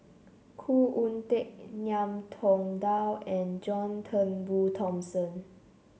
Khoo Oon Teik Ngiam Tong Dow and John Turnbull Thomson